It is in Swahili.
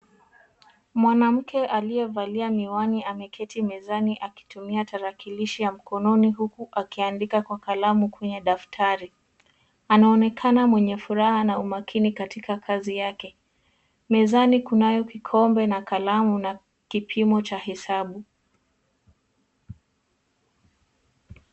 Mwanamke aliyevalia miwani ameketi mezani akitumia tarakilishi ya mkononi, huku akiandika kwa kalamu kwenye daftari. Anaonekana mwenye furaha na umakini katika kazi yake. Mezani kunayo kikombe na kalamu, na kipimo cha hesabu.